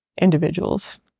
individuals